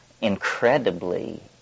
incredibly